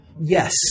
Yes